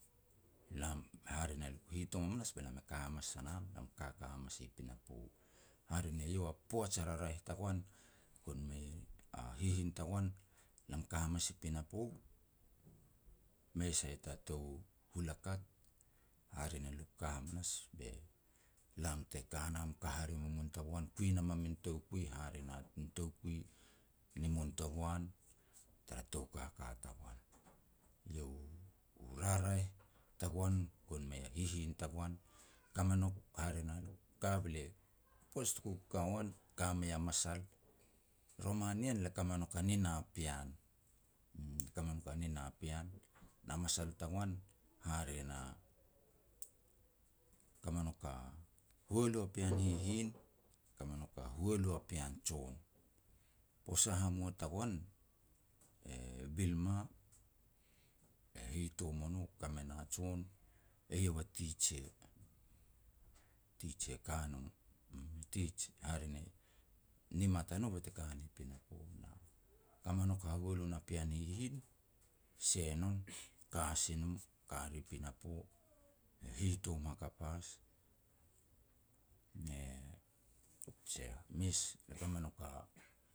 Lam, hare ne lia ku hitom hamanas be lam e ka hamas a nam, lam i kaka hamanas i pinapo, hare ne iau a poaj a raraeh tagoan gon mei a hihin tagoan. Lam ka hamas i pinapo, mei sai ta tou hulakat, hare ne luk ka hamanas be lam te ka nam ka hare mu muntoboan kui e nam toukui hare na min toukui ni muntoboan tara tou kaka tagoan. Iau u-u raraeh tagoan gon mei a hihin tagoan, ka me nouk hare na, luku ka be le, poaj tuku ka ua man, ka mei a masal. Roman ien le ka me nouk a nina pean, uum, ka me nouk a nina pean, na masal tagoan, hare na, ka me nouk a hualu a pean hihin, ka me nouk a hualu a pean jon. Posa hamua tagoan e Bilma, e hitom o no ka me na jon, eiau a teacher, teacher ka no. Tij, hare ne nimat na no be te ka ni pinapo. Ka me nouk a hahuala na pean hihin, Shannon, ka si no, ka ni pinapo ne hitom hakap has, ne seh a mes, le ka me nouk a